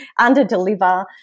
underdeliver